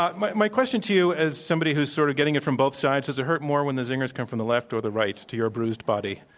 ah my my question to you, as somebody who's sort of getting it from both sides, does it hurt more when the zingers come from the left or the right to your bruised body?